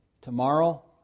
Tomorrow